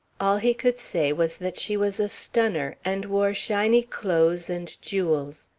all he could say was that she was a stunner, and wore shiny clothes and jewels,